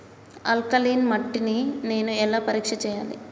Alkaline మట్టి ని నేను ఎలా పరీక్ష చేయాలి?